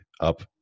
up